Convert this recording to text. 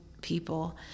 people